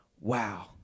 wow